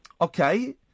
Okay